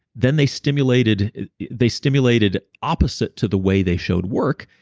then they stimulated they stimulated opposite to the way they showed worked,